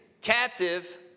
captive